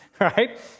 right